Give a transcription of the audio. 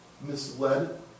misled